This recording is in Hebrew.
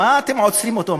מה אתם עוצרים אותו?